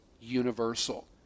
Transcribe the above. universal